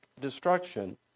destruction